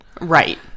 Right